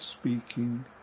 speaking